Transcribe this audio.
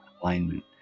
alignment